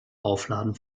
aufladen